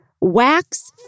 wax